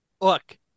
Look